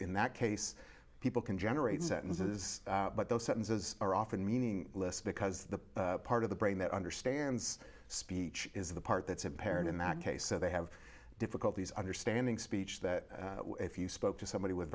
in that case people can generate sentences but those sentences are often meaning less because the part of the brain that understands speech is the part that's impaired in that case so they have difficulties understanding speech that if you spoke to somebody w